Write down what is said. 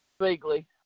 Vaguely